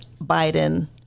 Biden